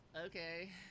Okay